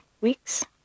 weeks